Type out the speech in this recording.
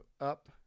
up